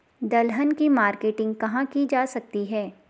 दलहन की मार्केटिंग कहाँ की जा सकती है?